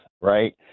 right